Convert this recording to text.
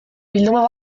bilduma